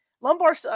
Lumbar